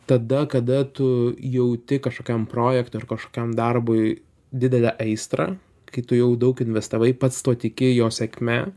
tada kada tu jauti kažkokiam projektui ir kažkokiam darbui didelę aistrą kai tu jau daug investavai pats tuo tiki jo sėkme